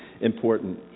important